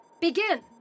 Begin